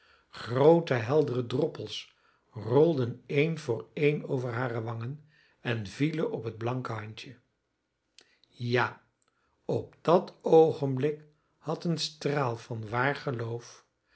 groote heldere droppels rolden een voor een over hare wangen en vielen op het blanke handje ja op dat oogenblik had een straal van waar geloof